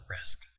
risk